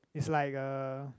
is like a